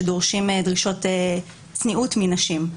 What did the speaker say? שדורשים צניעות מנשים.